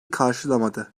karşılamadı